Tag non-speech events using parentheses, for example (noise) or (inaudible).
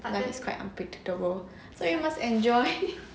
life it's quite unpredictable so you must enjoy (laughs)